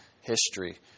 history